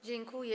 Dziękuję.